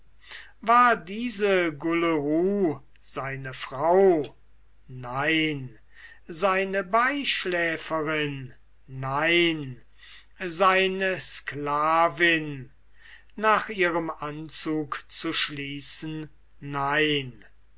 war diese gulleru seine frau nein seine beischläferin nein seine sklavin nach ihrem anzug zu schließen nicht